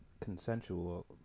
consensual